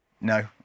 no